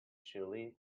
chile